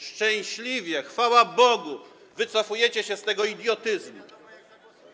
Szczęśliwie, chwała Bogu, wycofujecie się z tego idiotyzmu.